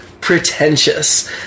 pretentious